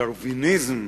הדרוויניזם,